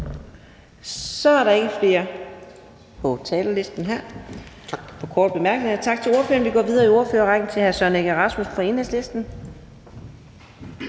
Så er der ikke flere på talerlisten til korte bemærkninger. Tak til ordføreren. Vi går videre i ordførerrækken til hr. Søren Egge Rasmussen fra Enhedslisten.